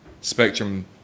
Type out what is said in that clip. Spectrum